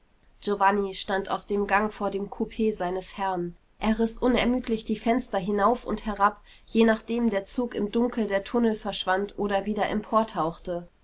giovanni stand auf dem gang vor dem coup seines herrn er riß unermüdlich die fenster hinauf und herab je nachdem der zug im dunkel der tunnel verschwand oder wieder